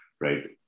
right